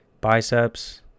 Biceps